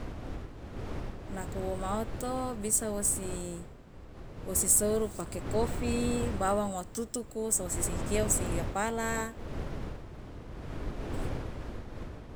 Nako woma oto bisa wosi souru pake kofi bawang wa tutuku wosi gapala.